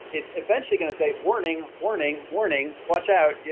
it's eventually going to say warning, warning, warning. watch out, yeah